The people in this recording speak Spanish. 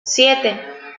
siete